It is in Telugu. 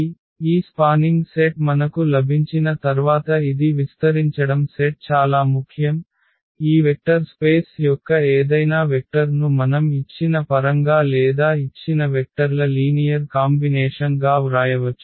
కాబట్టి ఈ స్పానింగ్ సెట్ మనకు లభించిన తర్వాత ఇది విస్తరించడం సెట్ చాలా ముఖ్యం ఈ వెక్టర్ స్పేస్ యొక్క ఏదైనా వెక్టర్ను మనం ఇచ్చిన పరంగా లేదా ఇచ్చిన వెక్టర్ల లీనియర్ కాంబినేషన్ గా వ్రాయవచ్చు